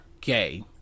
gay